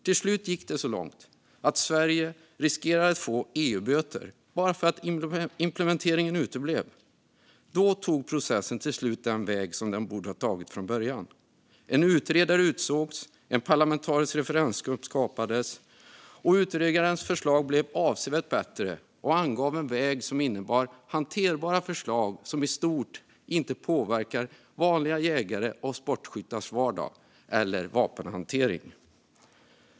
Till slut gick det så långt att Sverige riskerade att få dryga EU-böter för att implementeringen uteblev. Då tog processen till slut den väg som borde ha tagits från början. En utredare utsågs, och det skapades en parlamentarisk referensgrupp med representation från alla partier. Utredarens förslag blev också avsevärt bättre och angav en väg som innebar hanterbara förslag som i stort inte påverkar vanliga jägares och sportskyttars vardag eller vapenhantering.